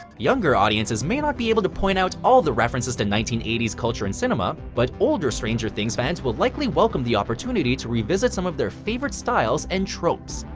younger audiences may not be able to point out all the references to nineteen eighty s culture and cinema, but older stranger things fans will likely welcome the opportunity to revisit some of their favorite styles and tropes.